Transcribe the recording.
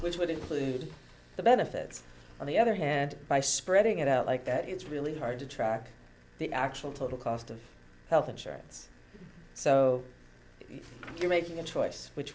which would include the benefits on the other hand by spreading it out like that it's really hard to track the actual total cost of health insurance so if you're making a choice which